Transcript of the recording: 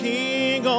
King